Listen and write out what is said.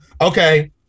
Okay